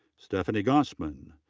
stephanie gossman.